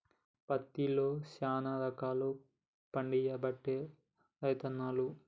పత్తిలో శానా రకాలు పండియబట్టే రైతన్నలు